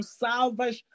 salvas